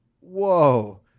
whoa